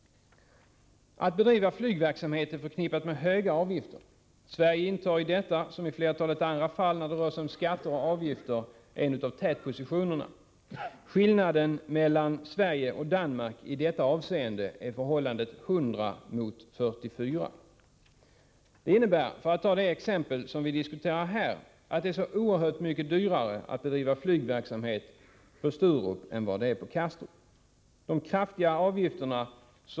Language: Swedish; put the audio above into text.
Att bedriva flygverksamhet är förknippat med höga avgifter. Sverige intar i detta fall — liksom i flertalet andra fall när det rör sig om skatter och avgifter — en av tätpositionerna. Skillnaden mellan Sverige och Danmark i detta avseende är förhållandet 100-44. Det innebär, för att ta det exempel som vi här diskuterar, att det är oerhört mycket dyrare att bedriva flygverksamhet på Sturup än på Kastrup. 2.